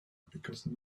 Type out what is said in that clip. because